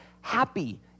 happy